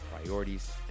priorities